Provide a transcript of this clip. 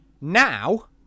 Now